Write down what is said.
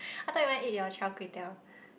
I thought you want to eat your char-kway-teow